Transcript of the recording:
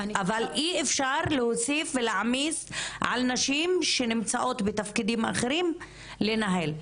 אבל אי אפשר להוסיף ולהעמיס על נשים שנמצאות בתפקידים אחרים לנהל.